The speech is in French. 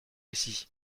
ici